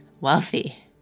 wealthy